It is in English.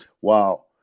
wow